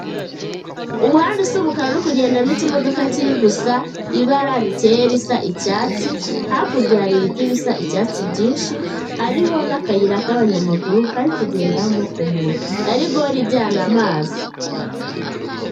Umuhanda usa umukara uri kugendamo ikimodoka kiri gusa ibara rikeye risa icyatsi, hakurya hari ibiti bisa icyatsi byinshi, hariho n'akayira k'abanyamaguru kari kugendamo umuntu na rigori ijyana amazi.